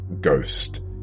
ghost